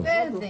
פחות חודש,